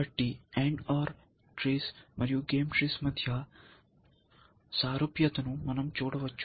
కాబట్టి AND OR trees మరియు game trees మధ్య సారూప్యత ను మనం చూడవచ్చు